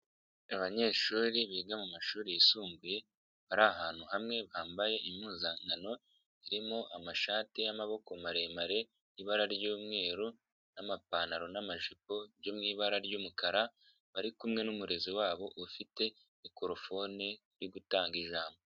Abanyeshuri biga mu mashuri yisumbuye, ari ahantu hamwe bambaye impuzankano irimo amashati y'amaboko maremare, ibara ry'umweru n'amapantaro n'amajipo byo mu ibara ry'umukara, bari kumwe n'umurezi wabo ufite mikorofone uri gutanga ijambo.